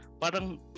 parang